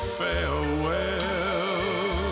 farewell